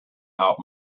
out